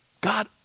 God